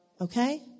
Okay